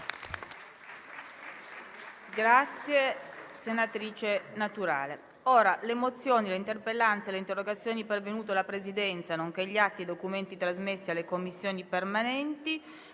una nuova finestra"). Le mozioni, le interpellanze e le interrogazioni pervenute alla Presidenza, nonché gli atti e i documenti trasmessi alle Commissioni permanenti